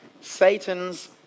satan's